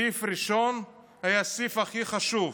הסעיף הראשון היה הסעיף הכי חשוב: